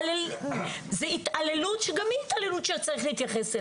זו התעללות, שגם אליה צריך להתייחס.